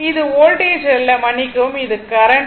இது வோல்டேஜ் அல்ல மன்னிக்கவும் இது கரண்ட்